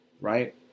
right